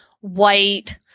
white